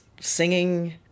singing